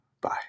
Bye